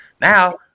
Now